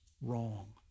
wrong